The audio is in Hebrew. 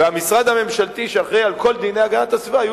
ולמשרד הממשלתי שאחראי לכל דיני הגנת הסביבה יהיו